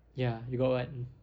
ya you got what